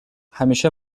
همیشه